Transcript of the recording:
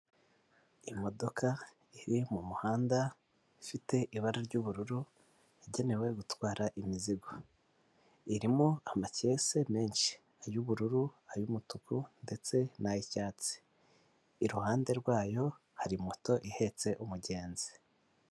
Imodoka iri mu muhanda ifite ibara ry'ubururu igenewe gutwara imizigo. Irimo amakese menshi. Ay'ubururu, ay'umutuku ndetse n'ay'icyatsi. Iruhande rwayo hari moto ihetse umugenzi.